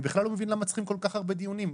אני לא מבין למה צריך כל כך הרבה דיונים.